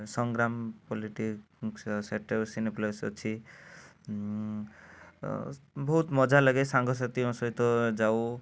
ସଂଗ୍ରାମ cineplex ଅଛି ବହୁତ ମଜା ଲାଗେ ସାଙ୍ଗସାଥିଙ୍କ ସହିତ ଯାଉ